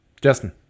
Justin